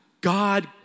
God